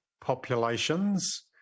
populations